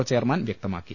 O chairman വ്യക്തമാക്കി